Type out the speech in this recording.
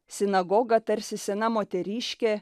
sinagoga tarsi sena moteriškė